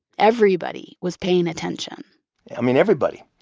everybody was paying attention i mean everybody.